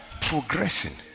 Progressing